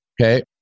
okay